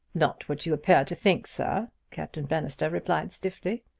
not what you appear to think, sir, captain bannister replied stiffly.